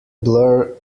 blur